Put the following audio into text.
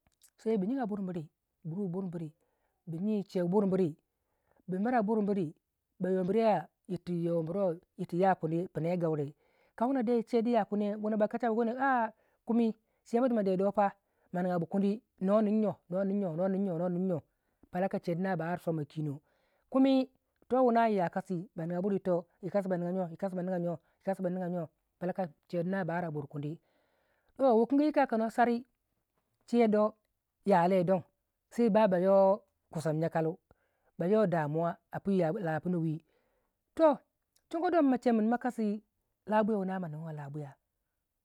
sai bu jyiga burbiri bumira burbiri ba yo birya yttu yo bir wai yittu yakuni a gawumcheimai ire kawuna de chei du ya kuni wuna ba kacha bagon yo kin kumi duma de do pa ma nigabu kuni noninyo noninyo palaka che duna ba ar somma kino kumi toh wuna yiyi kasi ba niga buri yitoh yikasi ba niga jyo ba niga jyo palka cheu dina ba arburi kuni toh wukan ge yika kano sari chedo ya lei dong saiba ba yo kusan jyakalu ba yo damuwa apii lapino wii toh shodon mache min ma kasi labwiya wuna manuwei labwi ya